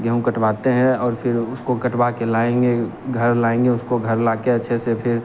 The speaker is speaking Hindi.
गेहूँ कटवाते हैं और फिर उसको कटवा के लाएँगे घर लाएँगे उसको घर लाके अच्छे से फिर